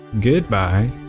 Goodbye